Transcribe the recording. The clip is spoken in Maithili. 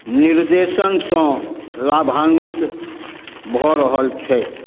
निर्देशनसँ लाभान्वित भऽ रहल छथि